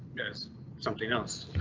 guys something else